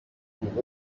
pour